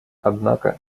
однако